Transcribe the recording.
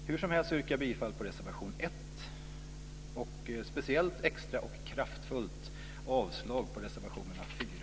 Hursomhelst yrkar jag bifall till reservation 1, och speciellt och extra kraftfullt avslag på reservationerna